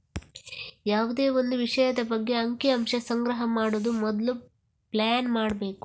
ಯಾವುದೇ ಒಂದು ವಿಷಯದ ಬಗ್ಗೆ ಅಂಕಿ ಅಂಶ ಸಂಗ್ರಹ ಮಾಡುವ ಮೊದ್ಲು ಪ್ಲಾನ್ ಮಾಡ್ಬೇಕು